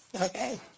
Okay